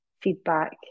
feedback